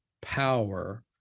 power